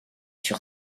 sur